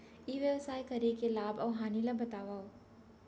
ई व्यवसाय करे के लाभ अऊ हानि ला बतावव?